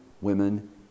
women